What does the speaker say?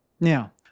Now